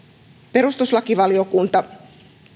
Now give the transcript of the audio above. perustuslakivaliokunta on